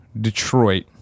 Detroit